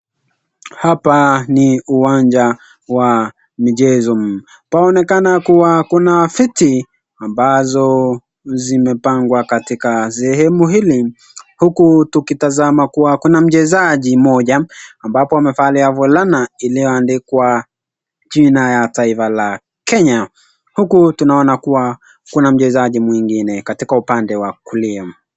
Hapa ni uwanja wa michezo , panaonekana kua kuna viti ambazo zimepangwa katika sehemu hili, huku tukitazama kuwa kuna mchezaji mmoja ambaye amevalia fulana lililoandikwa jina la taifa la kenya. Huku tunaona kuna mchezaji mwingine katika upande wa kulia.